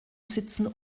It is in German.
sitzen